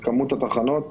את כמות התחנות שתעבוד,